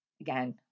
again